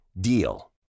DEAL